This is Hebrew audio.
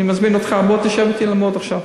אני מזמין אותך, בוא תשב אתי ללמוד עכשיו.